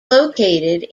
located